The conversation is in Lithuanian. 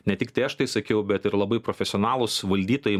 ne tiktai aš tai sakiau bet ir labai profesionalūs valdytojai